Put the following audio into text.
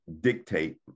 dictate